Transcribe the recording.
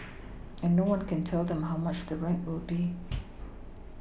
and no one can tell them how much the rent will be